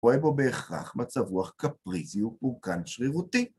רואה בו בהכרח מצב רוח קפריזי ופורקן שרירותי.